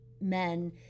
men